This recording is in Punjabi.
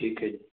ਠੀਕ ਹੈ ਜੀ